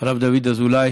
הרב דוד אזולאי,